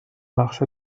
marche